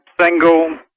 Single